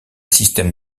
système